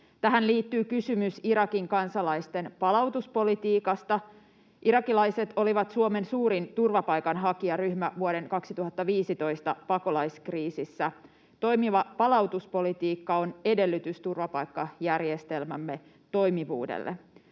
Tähän liittyy kysymys Irakin kansalaisten palautuspolitiikasta. Irakilaiset olivat Suomen suurin turvapaikanhakijaryhmä vuoden 2015 pakolaiskriisissä. Toimiva palautuspolitiikka on edellytys turvapaikkajärjestelmämme toimivuudelle.